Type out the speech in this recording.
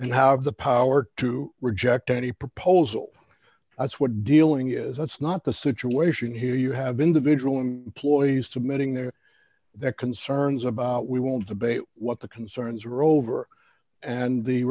and have the power to reject any proposal that's what dealing is that's not the situation here you have individual and ploys to marrying their their concerns about we will debate what the concerns are over and the